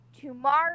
Tomorrow